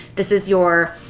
this is your,